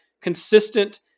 consistent